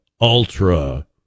ultra